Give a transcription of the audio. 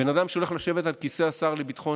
בן אדם שהולך לשבת על כיסא השר לביטחון